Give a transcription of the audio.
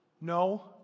No